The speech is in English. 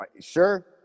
Sure